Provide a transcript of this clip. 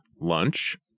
lunch